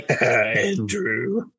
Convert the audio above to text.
Andrew